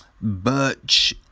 Birch